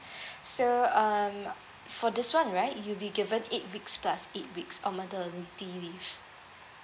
so um for this one right you'll be given eight weeks plus eight weeks of maternity leave